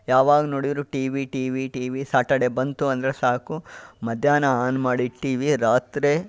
ಯಾವಾಗ ನೋಡಿದರೂ TV TV TV Saturday ಬಂತು ಅಂದರೆ ಸಾಕು ಮಧ್ಯಾಹ್ನ ಆನ್ ಮಾಡಿದ ಟಿ ವಿ ರಾತ್ರಿ